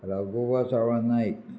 Raghoba Savlo Naik